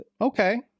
okay